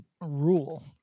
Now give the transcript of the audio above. rule